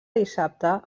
dissabte